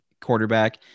quarterback